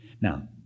Now